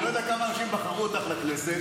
אני לא יודע כמה אנשים בחרו אותך לכנסת.